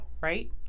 Right